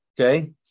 okay